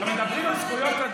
אל תגיד את זה.